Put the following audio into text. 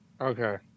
Okay